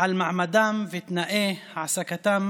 על אוכלוסייה רבה של תושבי המדינה ועל עיצוב הזהות והמודעות שלהם,